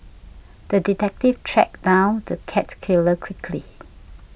the detective tracked down the cat killer quickly